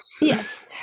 Yes